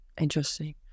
Interesting